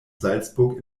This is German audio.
salzburg